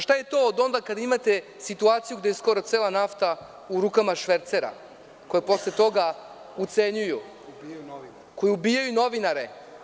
Šta je to od onda kada imate situaciju gde je skoro cela nafta u rukama švercera, koje posle toga ucenjuju, koji ubijaju novinare?